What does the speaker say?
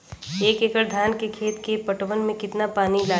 एक एकड़ धान के खेत के पटवन मे कितना पानी लागि?